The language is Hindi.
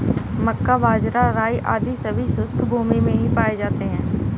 मक्का, बाजरा, राई आदि सभी शुष्क भूमी में ही पाए जाते हैं